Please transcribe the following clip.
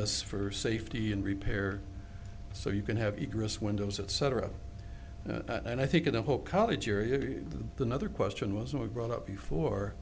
this for safety and repairs so you can have egress windows etc and i think in the whole college area than other question was not brought up before